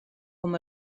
com